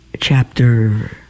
chapter